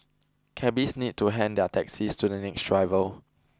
cabbies need to hand their taxis to the next driver